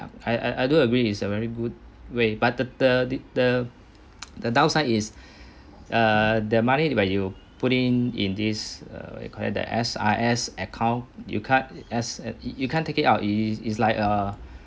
I I do agree is a very good way but the the the the downside is err the money where you put in in this uh what we call it the S_R_S account you can't as you can't take it out it is is is like a